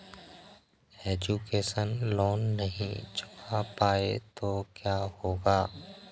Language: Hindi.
एजुकेशन लोंन नहीं चुका पाए तो क्या होगा?